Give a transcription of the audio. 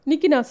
Nikina